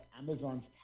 Amazon's